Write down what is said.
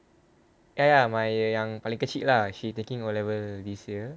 ya ya my err yang paling kecil lah she taking O level this year